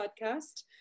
podcast